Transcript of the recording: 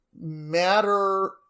matter